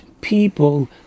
people